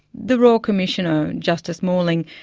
the royal commissioner, justice morling,